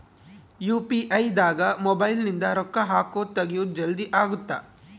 UPI ದಾಗ mobile ನಿಂದ ರೊಕ್ಕ ಹಕೊದ್ ತೆಗಿಯೊದ್ ಜಲ್ದೀ ಅಗುತ್ತ